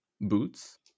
boots